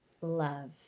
love